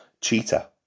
Cheetah